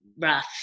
rough